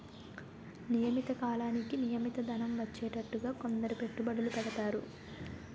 నియమిత కాలానికి నియమిత ధనం వచ్చేటట్టుగా కొందరు పెట్టుబడులు పెడతారు